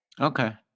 Okay